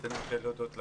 אני רוצה להודות לכם.